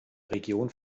region